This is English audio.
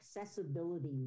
Accessibility